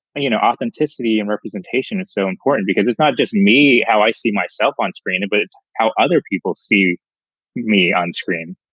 and you know, authenticity and representation is so important, because it's not just me how i see myself on screen, but it's how other people see me on screen.